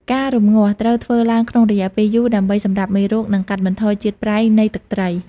ការរំងាស់ ត្រូវធ្វើឡើងក្នុងរយៈពេលយូរ ដើម្បីសម្លាប់មេរោគ និងកាត់បន្ថយជាតិប្រៃនៃទឹកត្រី។